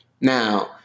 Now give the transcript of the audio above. Now